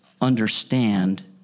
understand